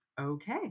Okay